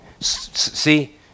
see